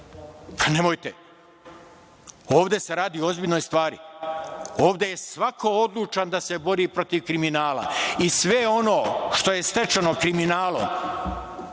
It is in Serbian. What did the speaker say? pa nemojte. Ovde se radi o ozbiljnoj stvari. Ovde je svako odlučan da se bori protiv kriminala i sve ono što je stečeno kriminalom